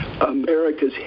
america's